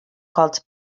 called